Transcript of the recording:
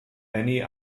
annie